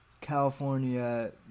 California